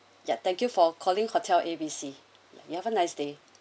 ya thank you for calling hotel A B C you have a nice day